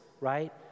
right